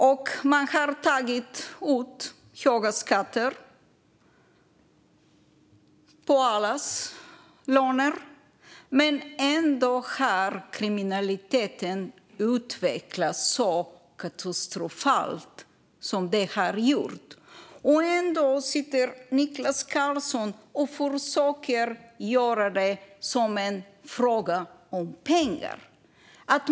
De tog ut höga skatter på allas löner, men ändå utvecklades kriminaliteten katastrofalt. Niklas Karlsson försöker trots det göra det till en fråga om pengar.